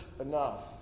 enough